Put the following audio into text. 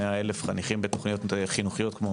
100,000 חניכים בתכניות חינוכיות כמו